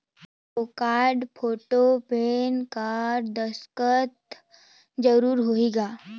हव card, photo, PAN card, दस्खत जरूरी होही का?